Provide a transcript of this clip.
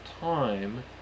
time